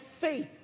faith